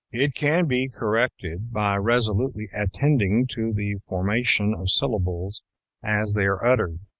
it can be corrected by resolutely attending to the formation of syllables as they are uttered.